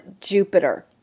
Jupiter